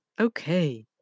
Okay